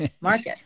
market